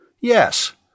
Yes